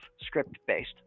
script-based